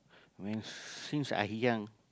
when since I young